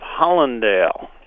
Hollandale